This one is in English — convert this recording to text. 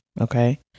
okay